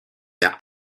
der